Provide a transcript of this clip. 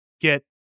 get